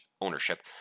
ownership